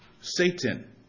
Satan